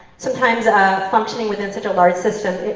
sometimes um functioning within such a large system,